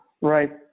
Right